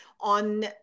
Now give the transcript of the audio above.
on